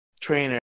trainer